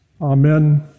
Amen